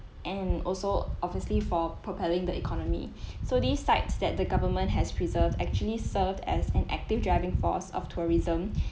and also obviously for propelling the economy so these sites that the government has preserved actually served as an active driving force of tourism